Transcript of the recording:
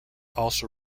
also